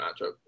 matchup